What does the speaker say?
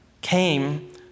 came